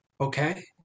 Okay